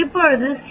இப்போது சி